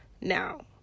now